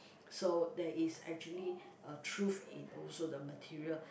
so there is actually a truth in also the material